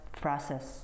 process